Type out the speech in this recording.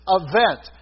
event